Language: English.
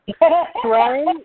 Right